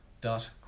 dot